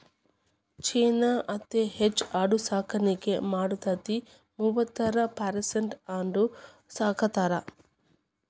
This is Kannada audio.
ಚೇನಾ ಅತೇ ಹೆಚ್ ಆಡು ಸಾಕಾಣಿಕೆ ಮಾಡತತಿ, ಮೂವತ್ತೈರ ಪರಸೆಂಟ್ ಆಡು ಸಾಕತಾರ